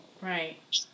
Right